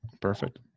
Perfect